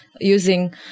Using